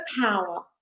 power